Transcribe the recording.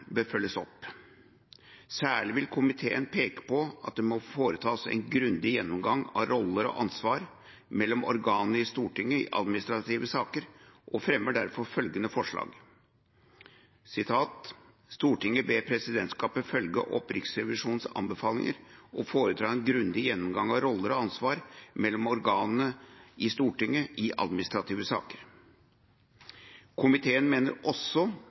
bør følges opp. Særlig vil komiteen peke på at det må foretas en grundig gjennomgang av roller og ansvar mellom organene i Stortinget i administrative saker, og fremmer derfor følgende forslag: «Stortinget ber presidentskapet følge opp Riksrevisjonens anbefalinger og foreta en grundig gjennomgang av roller og ansvar mellom organene i Stortinget i administrative saker.» Komiteen mener også